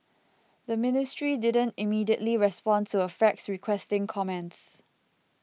the ministry didn't immediately respond to a fax requesting comments